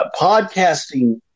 podcasting